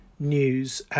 news